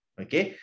okay